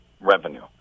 revenue